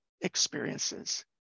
experiences